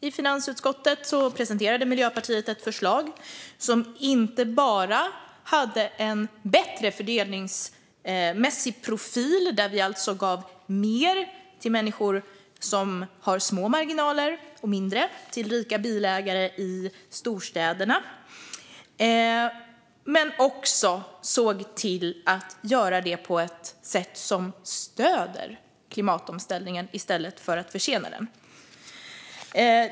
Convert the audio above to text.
I finansutskottet presenterade Miljöpartiet ett förslag som hade en bättre fördelningsmässig profil, där vi alltså gav mer till människor som har små marginaler och mindre till rika bilägare i storstäderna. Men vi såg dessutom till att göra det på ett sätt som stöder klimatomställningen i stället för att försena den.